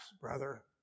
brother